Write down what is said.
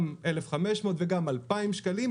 גם 1,500 וגם 2,000 שקלים,